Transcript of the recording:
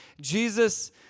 Jesus